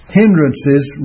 hindrances